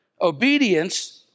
Obedience